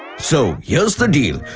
so here's the deal,